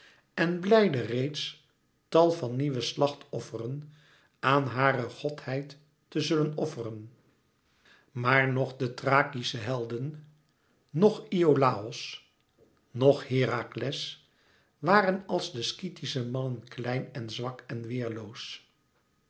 en blijde reeds tal van nieuwe slachtofferen aan hare godheid te zullen offeren maar noch de thrakische helden noch iolàos noch herakles waren als de skythische mannen klein en zwak en